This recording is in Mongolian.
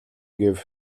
гэв